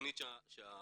כתכנית שהמדינה,